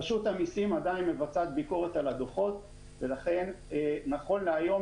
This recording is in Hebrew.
רשות המסים עדיין עושה ביקורת על הדוחות ולכן נכון להיום